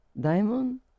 Diamond